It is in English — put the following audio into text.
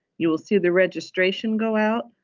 you will see the registration go out,